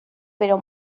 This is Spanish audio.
pero